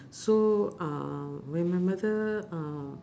so uh when my mother uh